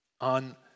on